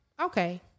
Okay